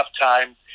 time